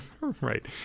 Right